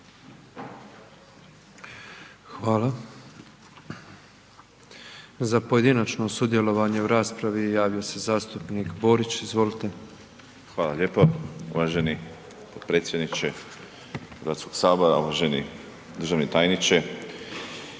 Hvala. Za pojedinačno sudjelovanje u raspravi javio se zastupnik Borić, izvolite. **Borić, Josip (HDZ)** Hvala lijepa uvaženi potpredsjedniče Hrvatskoga sabora, uvaženi državni tajniče,